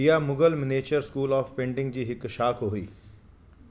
इहा Mughal miniature school of painting जी हिकु शाख़ हुई